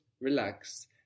relax